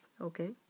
okay